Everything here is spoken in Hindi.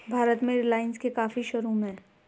भारत में रिलाइन्स के काफी शोरूम हैं